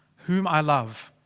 whom i love.